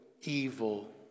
evil